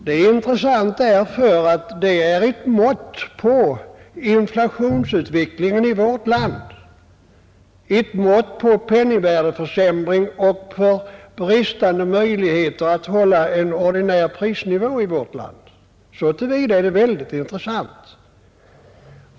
Det är intressant därför att det är ett mått på inflationsutvecklingen i vårt land, ett mått på penningvärdeförsämringen och på bristande möjligheter att hålla en stabil prisnivå. Så till vida är det alltså mycket intressant.